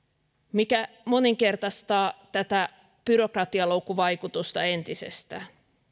mikä moninkertaistaa tätä byrokratialoukkuvaikutusta entisestään